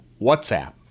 WhatsApp